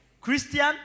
Christian